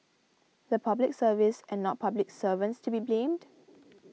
the Public Service and not public servants to be blamed